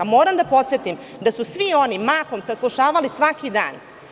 Moram da podsetim da su svi oni mahom saslušavali svaki dan.